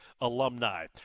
alumni